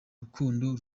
rukundo